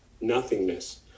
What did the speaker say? nothingness